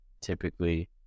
Typically